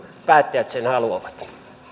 päättäjät haluavat